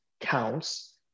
counts